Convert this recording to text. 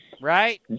right